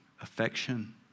Affection